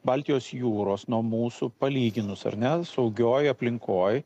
baltijos jūros nuo mūsų palyginus ar ne saugioj aplinkoj